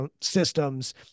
systems